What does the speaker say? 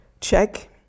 check